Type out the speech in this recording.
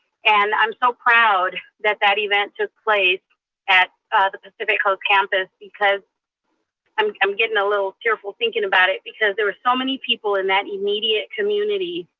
and i'm so proud that that event took place at the pacific coast campus because i'm i'm getting a little tearful thinking about it because there were so many people in that immediate community